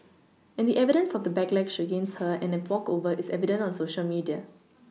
and the evidence of the backlash against her and a walkover is evident on Social media